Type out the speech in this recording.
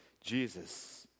Jesus